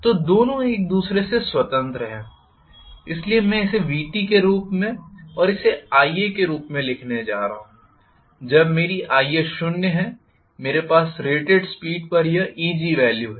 तो दोनों एक दूसरे से स्वतंत्र हैं इसलिए मैं इसे Vtके रूप में और इसे Iaके रूप में लिखने जा रहा हूं जब मेरी Iaशून्य है मेरे पास रेटेड स्पीड पर यह Egवॅल्यू है